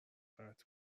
قطع